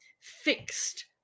fixed